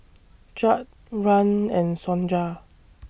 Chadd Rahn and Sonja